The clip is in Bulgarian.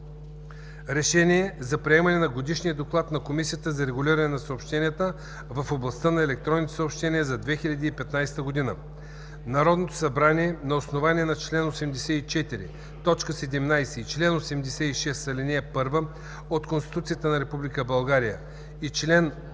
РЕШЕНИЕ за приемане на Годишния доклад на Комисията за регулиране на съобщенията в областта на електронните съобщения за 2015 г. Народното събрание на основание чл. 84, т. 17 и чл. 86, ал. 1 от Конституцията на Република България